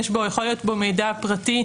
יכול להיות מידע פרטי,